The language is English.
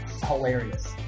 Hilarious